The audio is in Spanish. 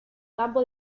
campo